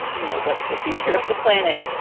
you know, what is the future of the planet?